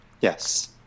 Yes